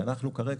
אנחנו כרגע,